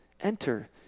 enter